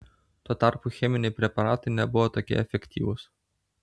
tuo tarpu cheminiai preparatai nebuvo tokie efektyvūs